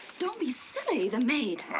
don't be silly! the maid.